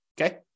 okay